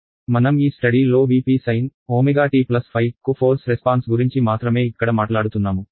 మనం ఈ స్టడీ లో V p sin ω t కు ఫోర్స్ రెస్పాన్స్ గురించి మాత్రమే ఇక్కడ మాట్లాడుతున్నాము